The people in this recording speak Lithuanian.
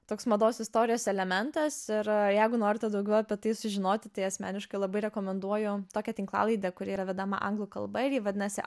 toks mados istorijos elementas ir jeigu norite daugiau apie tai sužinoti tai asmeniškai labai rekomenduoju tokią tinklalaidę kuri yra vedama anglų kalba ir ji vadinasi